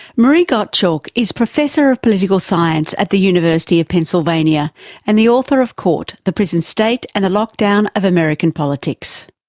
marie gottschalk is professor of political science at the university of pennsylvania and author of caught the prison state and the lockdown of american politics.